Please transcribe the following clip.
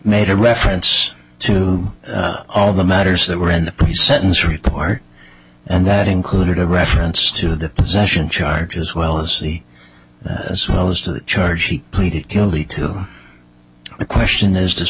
made a reference to all the matters that were in the pre sentence report and that included a reference to the possession charge as well as see that as well as to the charge she pleaded guilty to the question is des